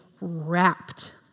wrapped